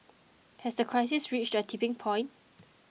has the crisis reached a tipping point